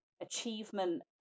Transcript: achievement